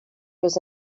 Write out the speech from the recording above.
was